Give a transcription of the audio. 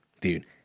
Dude